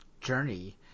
journey